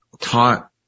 taught